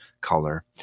color